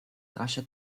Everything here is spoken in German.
rasche